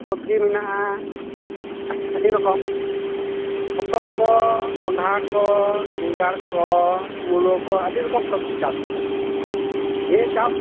ᱥᱚᱵᱽᱡᱤ ᱢᱮᱱᱟᱜᱼᱟ ᱟᱹᱰᱤ ᱨᱚᱠᱚᱢ ᱦᱚᱛᱚᱫᱼᱠᱚ ᱠᱳᱱᱰᱷᱦᱟᱼᱠᱚ ᱵᱮᱸᱜᱟᱲᱠᱚ ᱢᱩᱞᱟᱹᱠᱚ ᱟᱹᱰᱤ ᱨᱚᱠᱚᱢ ᱥᱚᱵᱽᱡᱤ ᱪᱟᱥ ᱢᱮᱱᱟᱜᱼᱟ ᱱᱤᱭᱟᱹ ᱪᱟᱥ